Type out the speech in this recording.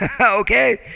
Okay